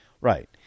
Right